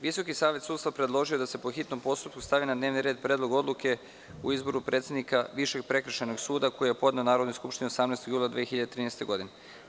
Visoki savet sudstva predložio je da se po hitnom postupku stavi na dnevni red Predlog odluke o izboru predsednika Višeg prekršajnog suda, koji je podneo Narodnoj skupštini 18. jula 2013. godine.